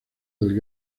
del